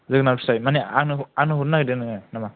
जोगोनार फिथाय मानि आंनो हर आंनो हरनो नागिरदों नोङो नामा